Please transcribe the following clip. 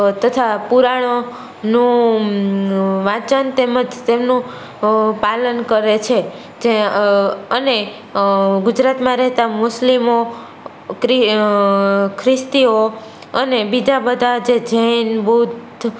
તથા પુરાણો નું વાંચન તેમજ તેમનું પાલન કરે છે જે અને ગુજરાતમાં રહેતા મુસ્લિમો ક્રી ખ્રિસ્તીઓ અને બીજા બધા જે જૈન બુદ્ધ